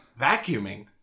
vacuuming